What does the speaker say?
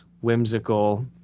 whimsical